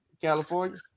California